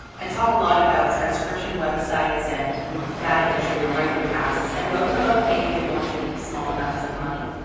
i talk a lot about transcription websites and data entry are micro tasks. and those are okay if you want to make small amounts of money.